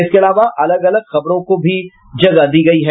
इसके अलावा अलग अलग खबरों को भी जगह दी है